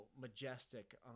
majestic